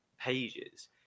pages